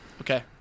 Okay